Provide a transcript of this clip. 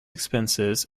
expenses